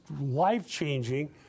life-changing